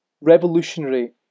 Revolutionary